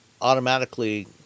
automatically